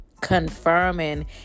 confirming